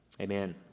Amen